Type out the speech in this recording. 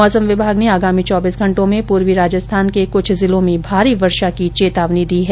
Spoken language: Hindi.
मौसम विभाग ने आगामी चौबीस घटों में पूर्वी राजस्थान के कुछ जिलों में भारी वर्षा की चेतावनी दी हैं